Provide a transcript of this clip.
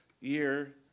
year